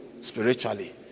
spiritually